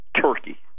turkey